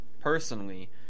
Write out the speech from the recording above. personally